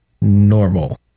normal